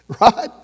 Right